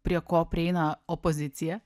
prie ko prieina opozicija